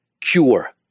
cure